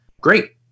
Great